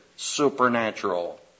Supernatural